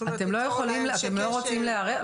אתם לא רוצים להיערך?